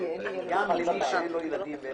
אולי לאמץ אותו.